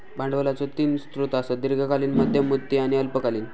भांडवलाचो तीन स्रोत आसत, दीर्घकालीन, मध्यम मुदती आणि अल्पकालीन